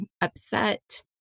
upset